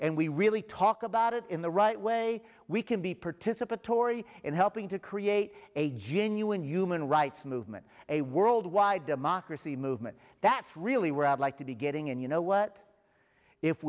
and we really talk about it in the right way we can be participatory in helping to create a genuine human rights movement a worldwide democracy movement that's really where i'd like to be getting and you know what if